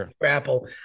grapple